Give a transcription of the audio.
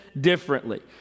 differently